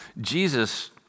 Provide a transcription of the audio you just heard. Jesus